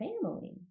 family